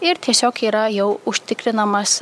ir tiesiog yra jau užtikrinamas